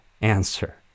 answer